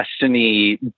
destiny